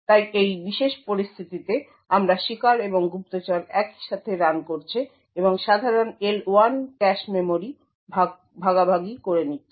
তাই এই বিশেষ পরিস্থিতিতে আমরা শিকার এবং গুপ্তচর একই সাথে রান করছে এবং সাধারণ L1 ক্যাশে মেমরি ভাগাভাগি করে নিচ্ছে